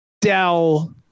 Dell